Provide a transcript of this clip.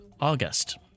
August